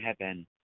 heaven